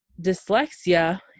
dyslexia